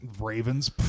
Ravens